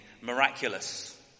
miraculous